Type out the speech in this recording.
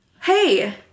Hey